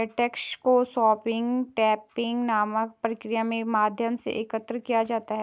latex को tapping नामक प्रक्रिया के माध्यम से एकत्र किया जाता है